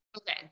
Okay